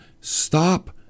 stop